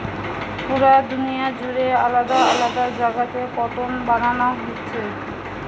পুরা দুনিয়া জুড়ে আলাদা আলাদা জাগাতে কটন বানানা হচ্ছে